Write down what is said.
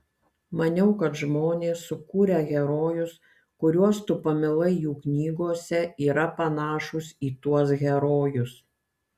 maniau kad žmonės sukūrę herojus kuriuos tu pamilai jų knygose yra panašūs į tuos herojus